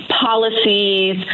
policies